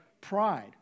pride